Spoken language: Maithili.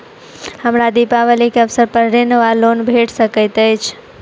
हमरा दिपावली केँ अवसर पर ऋण वा लोन भेट सकैत अछि?